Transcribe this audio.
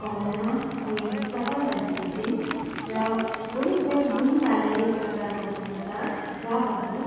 कमाउन उनी सफल बनेकी छिन् र उनको गुणबारे चर्चा गर्नु पर्दा वा भनौँ